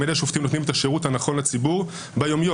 אילו שופטים נותנים את השירות הנכון לציבור ביום-יום.